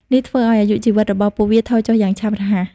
នេះធ្វើឱ្យអាយុជីវិតរបស់ពួកវាថយចុះយ៉ាងឆាប់រហ័ស។